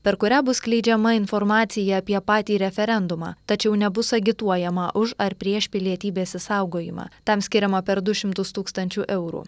per kurią bus skleidžiama informacija apie patį referendumą tačiau nebus agituojama už ar prieš pilietybės išsaugojimą tam skiriama per du šimtus tūkstančių eurų